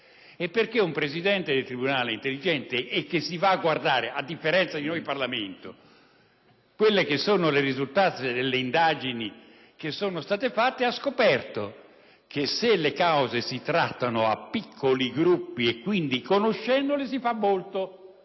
Inoltre, un presidente di tribunale intelligente, che si va a guardare - a differenza di noi in Parlamento - le risultanze delle indagini che sono state fatte, ha scoperto che se le cause si trattano a piccoli gruppi, quindi conoscendole, si fa molto